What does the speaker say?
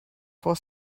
for